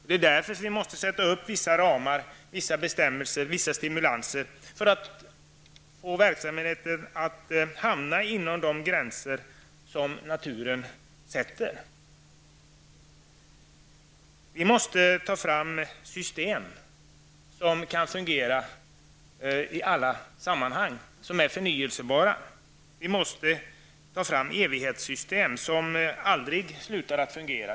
Det är därför vi måste sätta upp vissa ramar, bestämmelser och stimulanser för att få verksamheterna att hamna inom de gränser som naturen sätter. Vi måste ta fram system som kan fungera i alla sammanhang, system som är förnybara. Vi måste ta fram evighetssystem som aldrig slutar att fungera.